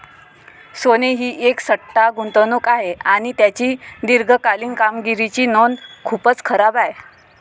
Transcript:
सोने ही एक सट्टा गुंतवणूक आहे आणि त्याची दीर्घकालीन कामगिरीची नोंद खूपच खराब आहे